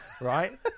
Right